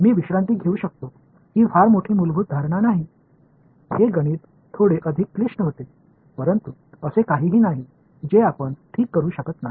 मी विश्रांती घेऊ शकतो ही फार मोठी मुलभूत धारणा नाही हे गणित थोडे अधिक क्लिष्ट होते परंतु असे काहीही नाही जे आपण ठीक करू शकत नाही